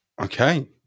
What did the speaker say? Okay